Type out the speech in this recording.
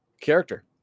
character